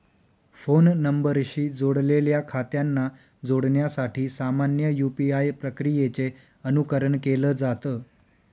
phone नंबरशी जोडलेल्या खात्यांना जोडण्यासाठी सामान्य यू.पी.आय प्रक्रियेचे अनुकरण केलं जात